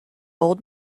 old